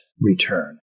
return